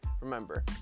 remember